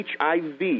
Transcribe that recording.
HIV